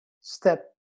step